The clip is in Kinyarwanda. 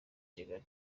kigali